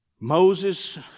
Moses